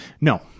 No